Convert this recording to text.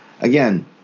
Again